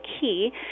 key